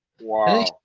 Wow